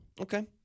Okay